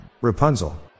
rapunzel